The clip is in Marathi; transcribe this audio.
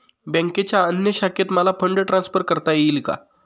बँकेच्या अन्य शाखेत मला फंड ट्रान्सफर करता येईल का?